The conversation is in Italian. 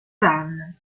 run